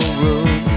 room